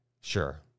Sure